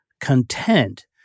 content